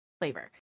flavor